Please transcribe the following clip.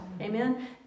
Amen